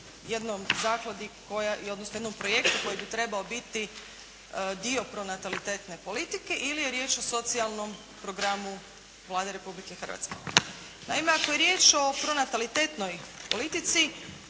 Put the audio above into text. jednom projektu koji bi trebao biti dio pronatalitetne politike ili je riječ o socijalnom programu Vlade Republike Hrvatske. Naime, ako je riječ o pronatalitetnoj politici